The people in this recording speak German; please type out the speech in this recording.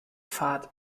fahrt